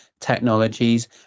technologies